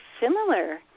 similar